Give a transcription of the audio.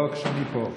לא כשאני פה.